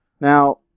Now